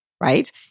right